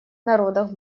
народах